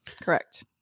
Correct